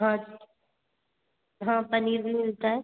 हाँ हाँ पनीर भी मिलता है